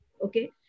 Okay